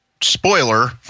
Spoiler